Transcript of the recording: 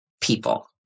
people